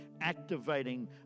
activating